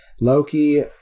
Loki